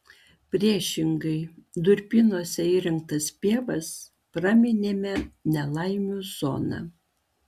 priešingai durpynuose įrengtas pievas praminėme nelaimių zona